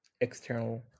external